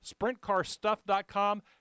SprintCarStuff.com